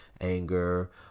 anger